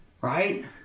Right